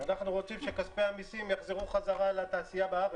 אנחנו רוצים שכספי המיסים יחזרו חזרה לתעשייה בארץ.